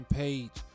page